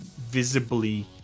visibly